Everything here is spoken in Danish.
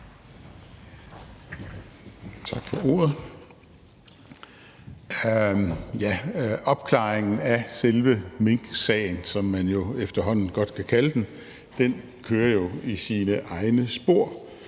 Opklaringen af selve minksagen, som man efterhånden godt kan kalde den, kører jo i sine egne spor.